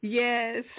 yes